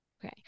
Okay